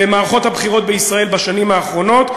במערכות הבחירות בישראל בשנים האחרונות,